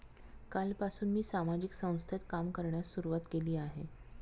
कालपासून मी सामाजिक संस्थेत काम करण्यास सुरुवात केली आहे